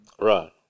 Right